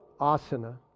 asana